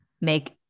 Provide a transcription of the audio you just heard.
make